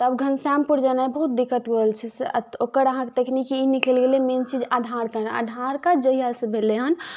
तब घनश्यामपुर जेनाइ बहुत दिक्कत भऽ रहल छै ओकर अहाँके तकनीकी ई निकलि गेलै मेन चीज आधार कार्ड आधार कार्ड जहिया सँ भेलै हन